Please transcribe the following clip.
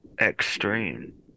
extreme